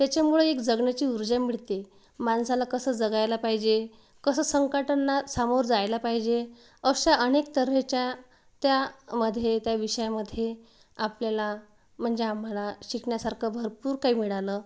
त्याच्यामुळं एक जगण्याची ऊर्जा मिळते माणसाला कसं जगायला पाहिजे कसं संकटांना सामोरं जायला पाहिजे अशा अनेक तऱ्हेच्या त्यामध्ये त्या विषयामध्ये आपल्याला म्हणजे आम्हाला शिकण्यासारखं भरपूर काही मिळालं